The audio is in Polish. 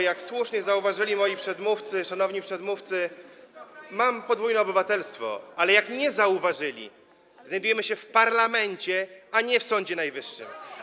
Jak słusznie zauważyli moi szanowni przedmówcy, mam podwójne obywatelstwo, ale nie zauważyli, że znajdujemy się w parlamencie, a nie w Sądzie Najwyższym.